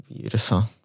Beautiful